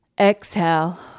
Exhale